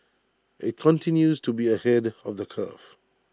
IT continues to be ahead of the curve